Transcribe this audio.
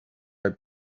are